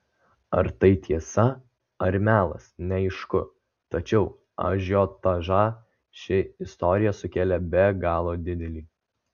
ar tai tiesa ar melas neaišku tačiau ažiotažą ši istorija sukėlė be galo didelį